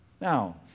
Now